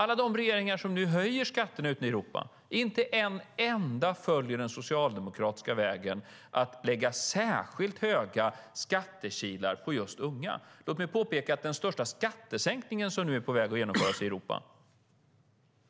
Inte en enda av alla de regeringar ute i Europa som nu höjer skatterna följer den socialdemokratiska vägen, att lägga särskilt höga skattekilar på just unga. Låt mig påpeka att den största skattesänkningen som nu är på väg att genomföras i Europa